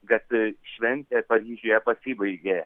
kad šventė paryžiuje pasibaigė